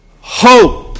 hope